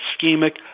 ischemic